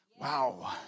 Wow